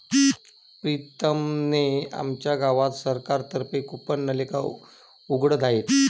प्रीतम ने आमच्या गावात सरकार तर्फे कूपनलिका उघडत आहे